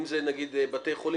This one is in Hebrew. אם זה בבתי חולים,